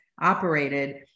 operated